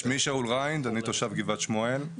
שמי שאול רינד, אני תושב גבעת שמואל.